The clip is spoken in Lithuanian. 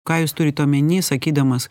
ką jūs turit omeny sakydamas